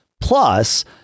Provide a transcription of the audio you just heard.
Plus